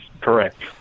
correct